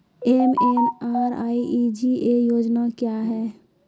MNREGA योजना क्या हैं?